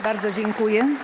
Bardzo dziękuję.